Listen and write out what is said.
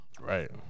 Right